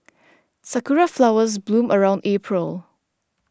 sakura flowers bloom around April